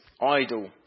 idle